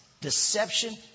deception